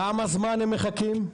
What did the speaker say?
כמה זמן הם מחכים?